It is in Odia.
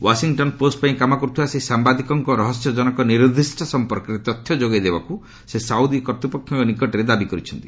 ଓ୍ୱାଶିଂଟନ୍ ପୋଷ୍ଟ ପାଇଁ କାମ କରୁଥିବା ସେହି ସାମ୍ବାଦିକଙ୍କ ରହସ୍ୟଜନକ ନିରୁଦ୍ଦିଷ୍ଟ ସଂପର୍କରେ ତଥ୍ୟ ଯୋଗାଇ ଦେବାକୁ ସେ ସାଉଦୀ କର୍ତ୍ତୃପକ୍ଷଙ୍କ ନିକଟରେ ଦାବି କରିଛନ୍ତି